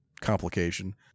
complication